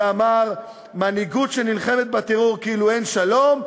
ואמר: מנהיגות שנלחמת בטרור כאילו אין שלום,